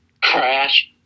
Crash